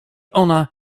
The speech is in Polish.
ona